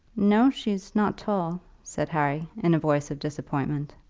no she's not tall, said harry, in a voice of disappointment.